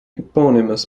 eponymous